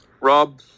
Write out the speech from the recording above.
Rob